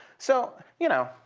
so, you know,